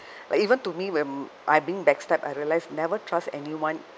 like even to me when I being backstabbed I realized never trust anyone